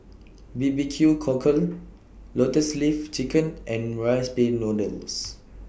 B B Q Cockle Lotus Leaf Chicken and Rice Pin Noodles